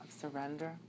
surrender